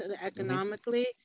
economically